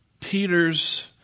Peter's